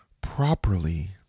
Properly